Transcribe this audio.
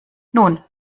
nun